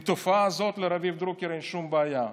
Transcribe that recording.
עם התופעה הזאת לרביב דרוקר אין שום בעיה.